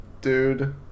Dude